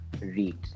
read